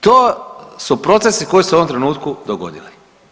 To su procesi koji se u ovom trenutku dogodili.